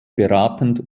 beratend